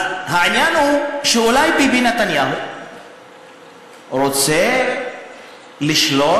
העניין הוא שאולי ביבי נתניהו רוצה לשלוט